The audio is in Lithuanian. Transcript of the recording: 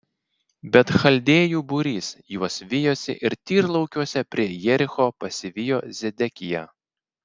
bet chaldėjų būrys juos vijosi ir tyrlaukiuose prie jericho pasivijo zedekiją